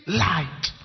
light